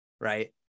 right